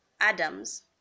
Adams